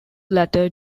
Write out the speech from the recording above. latter